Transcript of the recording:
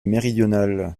méridionale